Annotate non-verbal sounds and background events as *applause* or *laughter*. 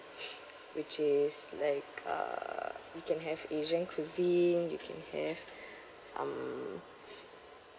*breath* which is like uh you can have asian cuisine you can have um